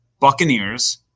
Buccaneers